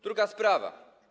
Druga sprawa.